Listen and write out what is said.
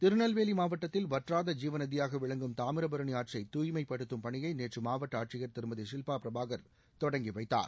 திருநெல்வேலி மாவட்டத்தில் வற்றாத ஜீவநதியாக விளங்கும் தாமிரபரணி ஆற்றை தூய்மைப்படுத்தும் பணியை நேற்று மாவட்ட ஆட்சியர் திருமதி ஷில்பா பிரபாகர் தொடங்கி வைத்தார்